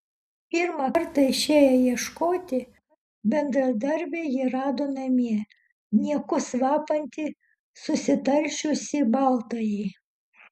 pirmą kartą išėję ieškoti bendradarbiai jį rado namie niekus vapantį susitaršiusį baltąjį